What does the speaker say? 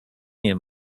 nie